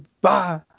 Bye